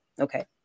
Okay